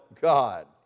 God